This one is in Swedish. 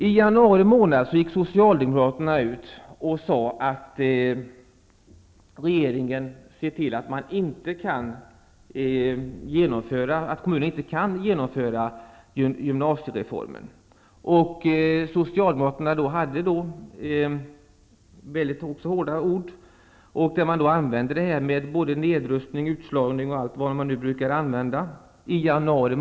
I januari sade Socialdemokraterna att regeringen ser till att kommunerna inte kan genomföra gymnasiereformen. Socialdemokraterna tog då till väldigt hårda ord och talade om nedrustning, utslagning och allt vad de brukar säga.